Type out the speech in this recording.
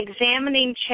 examining